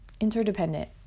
interdependent